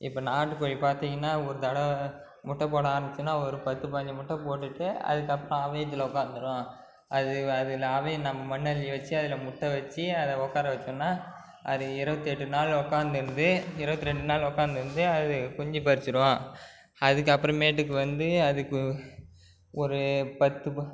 இப்போ நாட்டு கோழி பார்த்திங்கன்னா ஒரு தடவை முட்டை போட ஆரமிச்சிதுன்னா ஒரு பத்து பதினைஞ்சு முட்டை போட்டுட்டு அதுக்கப்புறம் அவையத்தில் உட்காந்துடும் அது அதில் அவையும் நம்ம மண்ணள்ளி வச்சு அதில் முட்டை வச்சு அதை உட்கார வச்சோம்னா அது இருபத்தி எட்டு நாள் உட்காந்து இருந்து இருபத்தி ரெண்டு நாள் உட்காந்து இருந்து அது குஞ்சு பொரிச்சுடும் அதுக்கு அப்புறமேட்டுக்கு வந்து அதுக்கு ஒரு பத்து ப